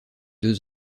deux